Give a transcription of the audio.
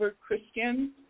Christian